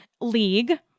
league